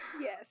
Yes